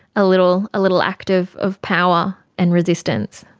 ah little ah little act of of power and resistance.